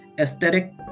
aesthetic